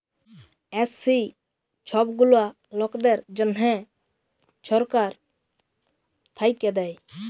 SC ছব গুলা লকদের জ্যনহে ছরকার থ্যাইকে দেয়